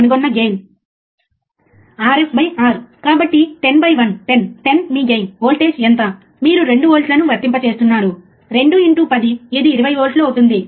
మేము ఒక నిర్దిష్ట ఫ్రీక్వెన్సీ ఇస్తున్నాము అనగా ఫంక్షన్జనరేటర్కు 25 కిలోహెర్ట్జ్ మరియు మేము ఓసిల్లోస్కోప్ను ఉపయోగించి అవుట్పుట్ వోల్టేజ్ను కొలుస్తున్నాము